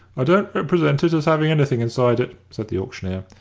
i don't represent it as having anything inside it, said the auctioneer.